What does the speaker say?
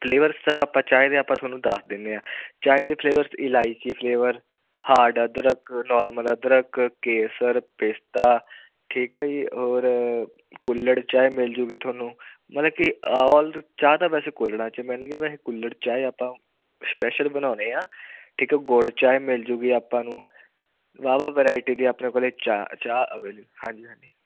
flavours sir ਆਪਾਂ ਚਾਏ ਦੇ ਆਪਾਂ ਤੁਹਾਨੂੰ ਦੱਸ ਦਿੰਦੇ ਹਾਂ ਚਾਏ ਦੇ ਫਲੇਵਰਸ ਇਲਾਇਚੀ ਫਲੇਵਰ ਹਾਰਡ ਅਦਰਕ ਨੋਰਮਲ ਅਦਰਕ ਕੇਸਰ ਪਿਸਤਾ ਠੀਕ ਹੈ ਜੀ ਔਰ ਕੁੱਲੜ ਚਾਏ ਮਿਲਜੂਗੀ ਤੁਹਾਨੂੰ ਮਤਲਬ ਕਿ ਓਲ ਚਾਹ ਤਾਂ ਵੈਸੇ ਕੁੱਲੜਾਂ 'ਚ ਮਿਲਣਗੇ ਵੈਸੇ ਕੁੱਲੜ ਚਾਏ ਆਪਾਂ ਸਪੈਸ਼ਲ ਬਣਾਉਣੇ ਹਾਂ ਠੀਕ ਹੈ ਗੁੜ ਚਾਏ ਮਿਲਜੂਗੀ ਆਪਾਂ ਨੂੰ ਵਾਵਾ ਵਿਰਾਇਟੀ ਦੀ ਆਪਣੇ ਕੋਲੇ ਚਾਹ ਚਾਹ ਅਵੇਲੇਬਲ ਹੈ ਹਾਂਜੀ ਹਾਂਜੀ